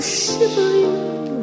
shivering